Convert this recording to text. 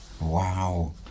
wow